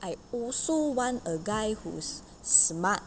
I also want a guy who's smart